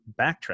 backtrack